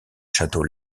chateau